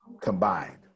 combined